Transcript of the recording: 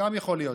גם יכול להיות.